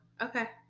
Okay